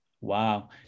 wow